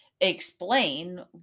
explain